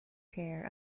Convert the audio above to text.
chair